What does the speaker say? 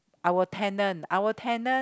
our tenant our tenant